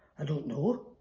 i don't know.